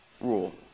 rule